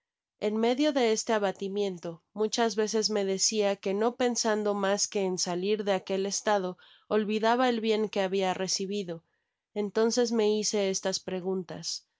en medio de este abatimiento muchas veces me decia que no pensando mas que en salir de aquel estado olvidaba el bien que habia recibido entonces me hice estas preguntas